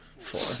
Four